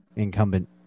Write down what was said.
incumbent